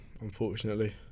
unfortunately